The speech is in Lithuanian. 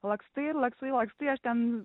lakstai lakstai lakstai aš ten